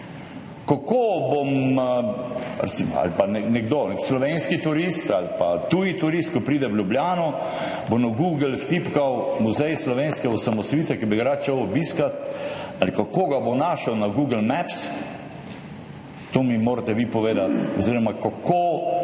Kako bo nekdo, slovenski turist ali tuji turist, ko pride v Ljubljano, bo v Google vtipkal Muzej slovenske osamosvojitve, ki bi ga rad šel obiskat, ali kako ga bo našel na Google Maps? To mi morate vi povedati. Oziroma kako